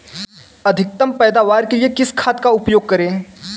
अधिकतम पैदावार के लिए किस खाद का उपयोग करें?